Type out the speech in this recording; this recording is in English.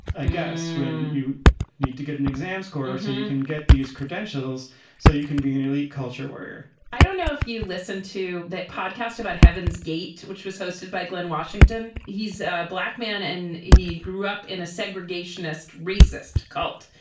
i guess when you need to get an exam scores and get these credentials so you can be an elite culture warrior i don't know if you listen to the podcast about heaven's gate, which was hosted by glynn washington. he's a black man and he grew up in a segregationist racist cult.